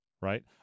right